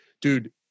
dude